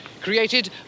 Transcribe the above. created